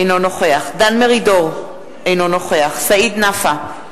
אינו נוכח דן מרידור, אינו נוכח סעיד נפאע,